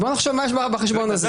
בוא נחשוב מה יש בחשבון הזה.